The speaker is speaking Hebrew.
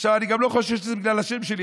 עכשיו, אני גם לא חושב שזה בגלל השם שלי.